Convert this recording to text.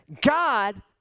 God